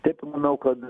taip manau kad